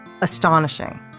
astonishing